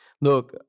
look